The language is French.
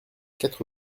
quatre